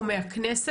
ומה הסיבות.